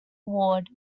award